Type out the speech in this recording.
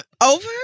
over